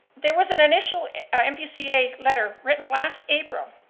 there was an initial npca letter written last april